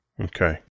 Okay